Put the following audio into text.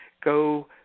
go